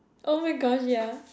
oh my gosh yeah